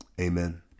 amen